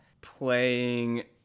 playing